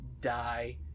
Die